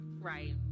Right